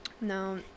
No